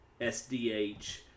SDH